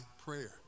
prayer